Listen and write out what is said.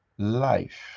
Life